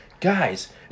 guys